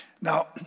Now